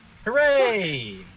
hooray